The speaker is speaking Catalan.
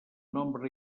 nombre